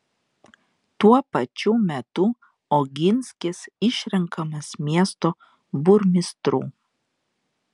tuo pačiu metu oginskis išrenkamas miesto burmistru